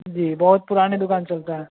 जी बहुत पुरानी दुकान चलता है